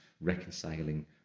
reconciling